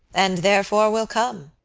and therefore will come.